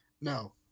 No